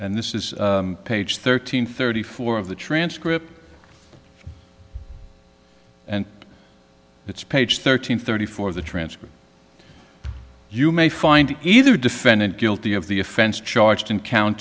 and this is page thirteen thirty four of the transcript and it's page thirteen thirty four of the transcript you may find either defendant guilty of the offense charged in count